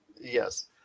Yes